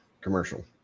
commercial